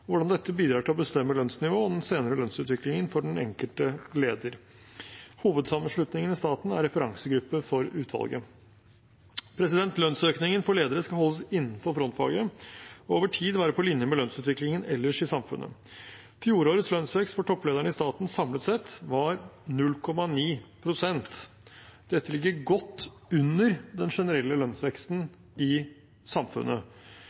hvordan disse bidrar til å bestemme lønnsnivå og den senere lønnsutviklingen for den enkelte leder. Hovedsammenslutningen i staten er referansegruppe for utvalget. Lønnsøkningen for ledere skal holdes innenfor frontfaget og over tid være på linje med lønnsutviklingen ellers i samfunnet. Fjorårets lønnsvekst for topplederne i staten samlet sett var 0,9 pst. Dette ligger godt under den generelle lønnsveksten i samfunnet.